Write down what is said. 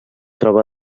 troba